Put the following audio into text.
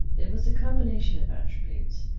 it was a combination of attributes.